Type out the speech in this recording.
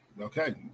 Okay